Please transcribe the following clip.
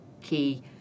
key